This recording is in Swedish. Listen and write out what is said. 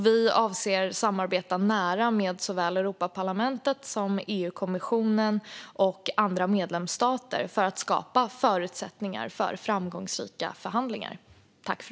Vi avser att samarbeta nära med såväl Europaparlamentet och EU-kommissionen som med andra medlemsstater för att skapa förutsättningar för framgångsrika förhandlingar.